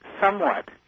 somewhat